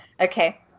Okay